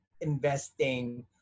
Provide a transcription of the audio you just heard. investing